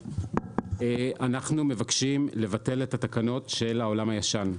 אנחנו מבקשים לבטל את התקנות של "העולם הישן".